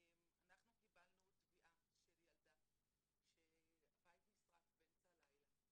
אנחנו קיבלנו תביעה של ילדה שהבית נשרף באמצע הלילה.